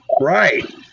right